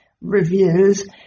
reviews